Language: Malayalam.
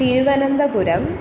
തിരുവനന്തപുരം